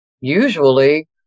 usually